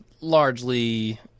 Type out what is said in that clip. largely